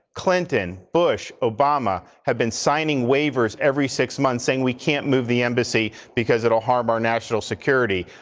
clinton, bush, obama, have been signing waivers every six months saying we can't move the embassy because it will harm our national security,